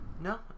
No